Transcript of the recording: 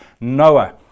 Noah